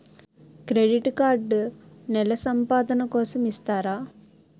Credit card నెల సంపాదన కోసం ఇస్తారా?